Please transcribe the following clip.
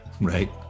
Right